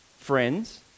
friends